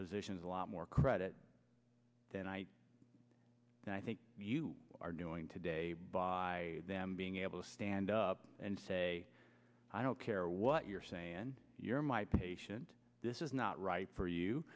physicians a lot more credit than i and i think you are doing today by them being able to stand up and say i don't care what you're in you're my patient this is not right for you